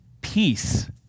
peace